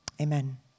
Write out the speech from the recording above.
Amen